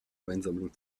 weinsammlung